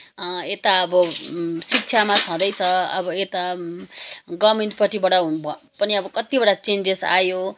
यता अब शिक्षामा छँदैछ अब यता गभर्मेन्टपट्टिबाट भए पनि अब कत्तिवटा चेन्जेस आयो